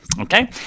Okay